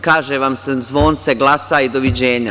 Kaže vam se – zvonce, glasaj, doviđenja.